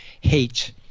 hate